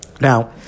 Now